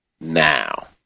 now